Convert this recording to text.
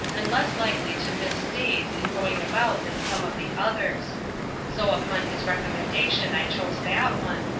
and less likely to miss stays in going about than some of the others so, upon his recommendation i chose that one,